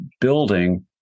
building